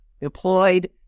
employed